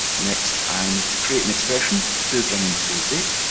next i need to create an expression to bring in today's date.